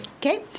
Okay